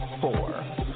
four